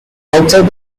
outside